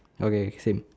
okay same